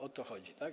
O to chodzi, tak?